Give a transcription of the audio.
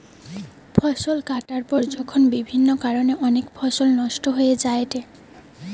ফসল কাটার পর যখন বিভিন্ন কারণে অনেক ফসল নষ্ট হয়ে যায়েটে